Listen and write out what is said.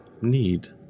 need